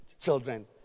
children